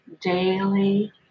daily